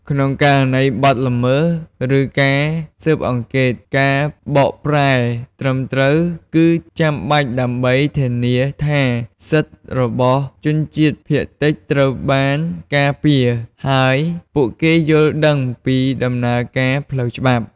ក្នុងករណីបទល្មើស ឬការស៊ើបអង្កេត ការបកប្រែត្រឹមត្រូវគឺចាំបាច់ដើម្បីធានាថាសិទ្ធិរបស់ជនជាតិភាគតិចត្រូវបានការពារ ហើយពួកគេយល់ដឹងពីដំណើរការផ្លូវច្បាប់។